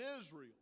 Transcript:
Israel